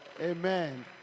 amen